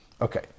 Okay